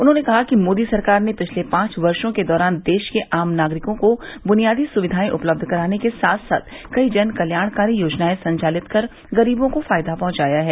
उन्होंने कहा कि मोदी सरकार ने पिछले पांच वर्षो के दौरान देश के आम नागरिकों को बुनियादी सुविधाएं उपलब्ध कराने के साथ साथ कई जन कल्याणकारी योजनाए संचालित कर ग़रीबों को फ़ायदा पहुंचाया है